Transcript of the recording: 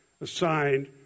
assigned